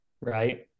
right